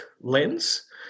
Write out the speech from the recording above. lens